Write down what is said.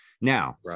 Now